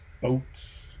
boats